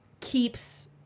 keeps –